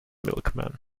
milkman